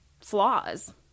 flaws